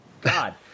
God